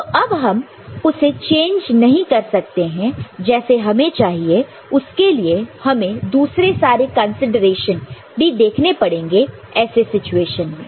तो अब हम उसे चेंज नहीं कर सकते हैं जैसे हमें चाहिए उसके लिए हमें दूसरे कंसीडरेशन भी देखने पड़ेंगे ऐसे सिचुएशन में